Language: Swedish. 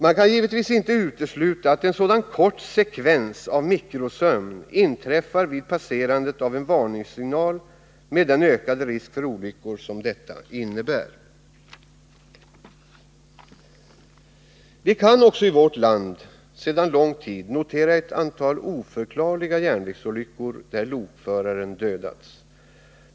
Man kan givetvis inte utesluta att en sådan kort sekvens av mikrosömn inträffar vid passerandet av en varningssignal, med den ökade risk för olyckor som detta innebär. Vi kan också i vårt land sedan lång tid notera ett antal oförklarliga järnvägsolyckor där lokföraren dödats.